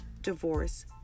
divorce